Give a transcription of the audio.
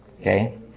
Okay